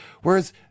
Whereas